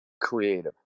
creative